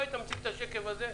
לא היית מציג את השקף הזה,